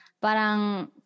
parang